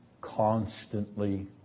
Constantly